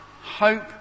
hope